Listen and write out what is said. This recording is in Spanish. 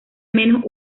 menos